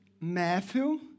Matthew